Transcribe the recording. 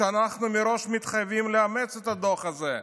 שאנחנו מראש מתחייבים לאמץ את הדוח הזה.